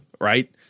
right